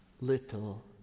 little